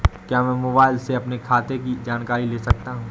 क्या मैं मोबाइल से अपने खाते की जानकारी ले सकता हूँ?